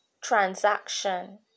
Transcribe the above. transaction